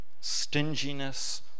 stinginess